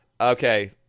okay